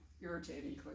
irritating